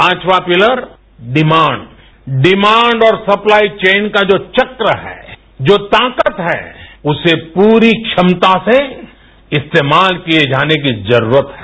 पांचवां pillar demand demand और supply chain का जो चक्र है जो ताकत है उसे प्ररी क्षमता से इस्तेमाल किए जाने की जरूरत है